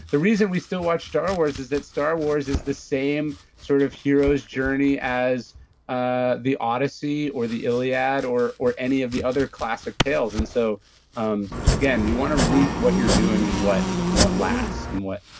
the reason we still watch star wars is that star wars is the same sort of hero's journey as ah the odyssey or the iliad or or any of the other classic tales. and so um again, you want to root what you're doing and in what lasts and what.